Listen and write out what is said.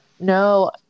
No